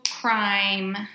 crime